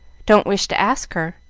don't wish to ask her.